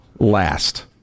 Last